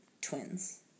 twins